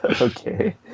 Okay